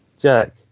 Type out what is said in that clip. Jack